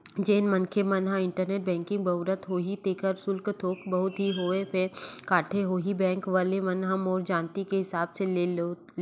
जेन मनखे मन ह इंटरनेट बेंकिग बउरत होही तेखर सुल्क थोक बहुत ही होवय फेर काटथे होही बेंक वले मन ह मोर जानती के हिसाब ले तो